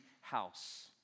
house